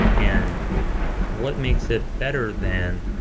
and what makes it better than,